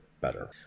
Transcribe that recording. better